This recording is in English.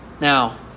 Now